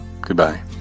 Goodbye